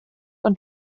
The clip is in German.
und